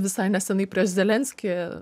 visai nesenai prieš zelenskį